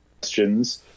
questions